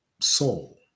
soul